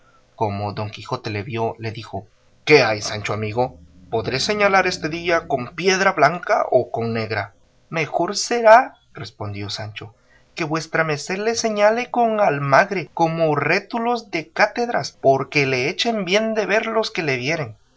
como don quijote le vio le dijo qué hay sancho amigo podré señalar este día con piedra blanca o con negra mejor será respondió sancho que vuesa merced le señale con almagre como rétulos de cátedras porque le echen bien de ver los que le vieren